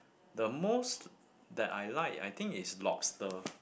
the most that I like I think is lobster